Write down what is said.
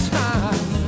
time